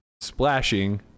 splashing